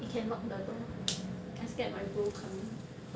you can lock the door I scared my bro come in